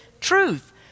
truth